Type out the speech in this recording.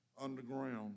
underground